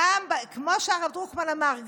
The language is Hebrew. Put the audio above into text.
כמו שהרב דרוקמן אמר,